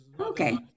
Okay